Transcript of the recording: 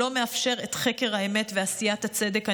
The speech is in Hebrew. שלא מאפשר את חקר האמת ועשיית הצדק הנדרש.